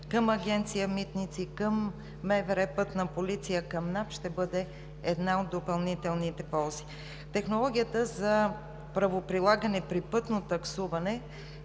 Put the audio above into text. към Агенция „Митници“, към МВР – „Пътна полиция“, към НАП ще бъде една от допълнителните ползи. Технологията за правоприлагане при пътно таксуване